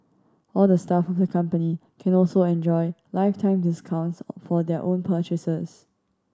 all the staff of the company can also enjoy lifetime discounts for their own purchases